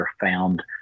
found